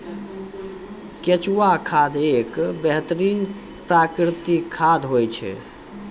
केंचुआ खाद एक बेहतरीन प्राकृतिक खाद होय छै